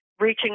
reaching